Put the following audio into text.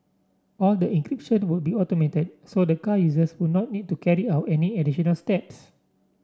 all the encryption would be automated so the car users would not need to carry out any additional steps